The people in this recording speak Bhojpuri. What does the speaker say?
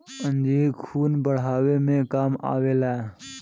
अंजीर खून बढ़ावे मे काम आवेला